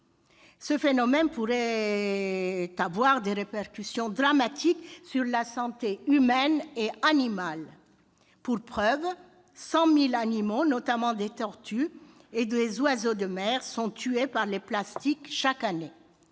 Ce phénomène pourrait avoir des répercussions dramatiques sur la santé humaine et animale. Pour preuve, 100 000 animaux, notamment des tortues et des oiseaux de mer, sont tués par les plastiques chaque année.